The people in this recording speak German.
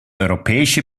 europäische